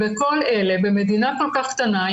וכל אלה במדינה כל כך קטנה,